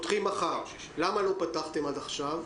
למה לא פתחתם עד עכשיו?